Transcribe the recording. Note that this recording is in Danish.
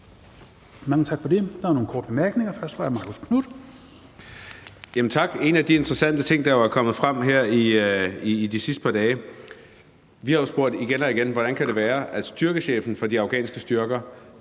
for det. Der er nogle korte bemærkninger, først fra hr. Marcus Knuth. Kl. 16:15 Marcus Knuth (KF): Tak. Der er jo en interessante ting, der er kommet frem her i de sidste par dage. Vi har jo spurgt igen og igen, hvordan det kan være, at styrkechefen for de afghanske styrker